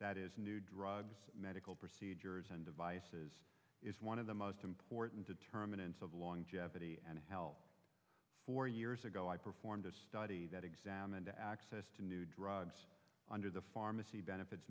that is new drugs medical procedures and devices is one of the most important determinants of longevity four years ago i performed a study that examined the access to new drugs under the pharmacy benefits